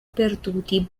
perduti